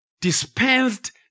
dispensed